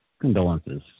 condolences